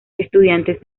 estudiantes